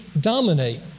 dominate